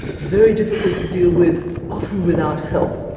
very difficult to deal with, often without help.